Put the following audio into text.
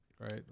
right